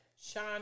Sean